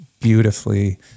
beautifully